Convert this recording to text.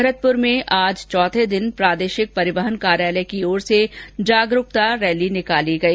भरतपुर में आज चौथे दिन प्रादेशिक परिवहन कार्यालय में जागरूकता बाइक रैली निकाली गई